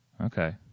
Okay